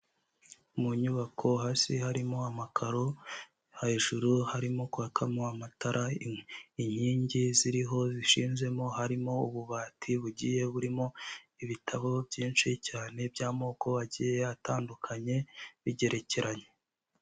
Mu nyubako, hasi harimo amakaro, hejuru harimo kwakamo amatara, inkingi ziriho zishinzemo, harimo ububati bugiye burimo ibitabo byinshi cyane by'amoko agiye atandukanye, bigerekeranye.